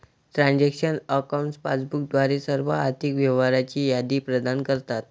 transaction accounts passbook द्वारे सर्व आर्थिक व्यवहारांची यादी प्रदान करतात